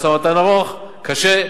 משא-ומתן ארוך, קשה,